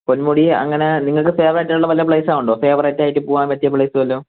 പൊന്മുടി അങ്ങനെ നിങ്ങൾക്ക് ഫേവറേറ്റ് ആയിട്ടുള്ള വല്ല പ്ലേസും ഉണ്ടോ ഫേവറേറ്റ് ആയിട്ട് പോവാൻ പറ്റിയ പ്ലേസ് വല്ലതും